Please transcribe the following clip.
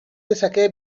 dezake